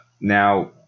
now